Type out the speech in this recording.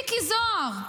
מיקי זוהר,